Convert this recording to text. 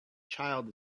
child